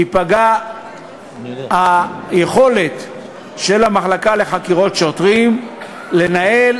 תיפגע היכולת של המחלקה לחקירות שוטרים לנהל